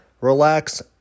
relax